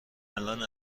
الان